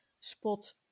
spot